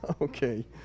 Okay